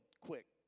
quick